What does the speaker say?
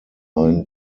nine